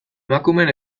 emakumeen